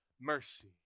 mercy